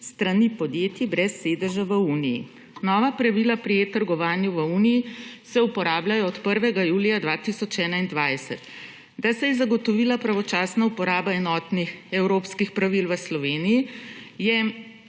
strani podjetij brez sedeža v Uniji. Nova pravila pri e-trgovanju v Uniji se uporabljajo od 1. julija 2021. Da se je zagotovila pravočasna uporaba enotnih evropskih pravil v Sloveniji, je